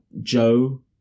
Joe